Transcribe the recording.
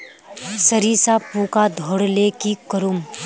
सरिसा पूका धोर ले की करूम?